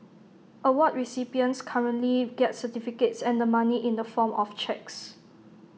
award recipients currently get certificates and the money in the form of cheques